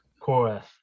chorus